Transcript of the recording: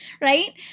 Right